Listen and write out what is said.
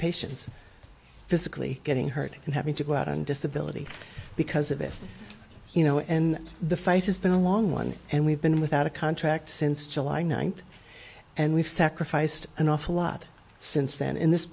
patients physically getting hurt and having to go out on disability because of it you know and the fight has been a long one and we've been without a contract since july ninth and we've sacrificed an awful lot since then in this